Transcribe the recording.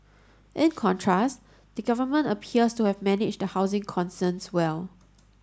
in contrast the government appears to have managed the housing concerns well